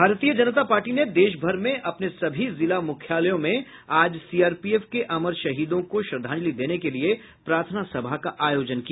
भारतीय जनता पार्टी ने देश भर में अपने सभी जिला मुख्यालयों में आज सीआरपीएफ के अमर शहीदों को श्रद्धांजलि देने के लिए प्रार्थनासभा का आयोजन किया